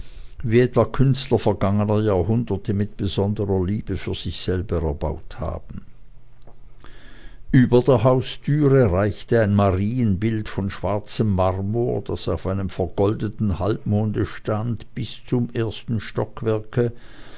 wie etwa künstler vergangener jahrhunderte mit besonderer liebe für sich selber erbaut haben über der haustüre reichte ein marienbild von schwarzem marmor das auf einem vergoldeten halbmonde stand bis zum ersten stockwerke